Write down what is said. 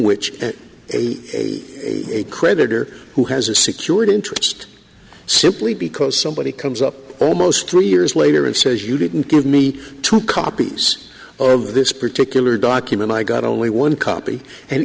a a creditor who has a secured interest simply because somebody comes up almost three years later and says you didn't give me two copies of this particular document i got only one copy and